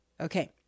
Okay